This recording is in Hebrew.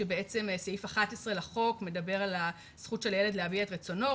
שבעצם סעיף 11 לחוק מדבר על הזכות של הילד להביע את רצונו,